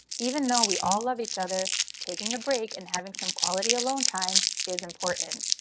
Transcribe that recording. even though we all love each other taking a break and having some quality alone time is important.